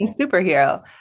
superhero